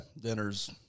dinners